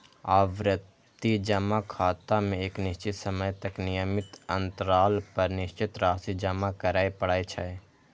आवर्ती जमा खाता मे एक निश्चित समय तक नियमित अंतराल पर निश्चित राशि जमा करय पड़ै छै